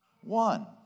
one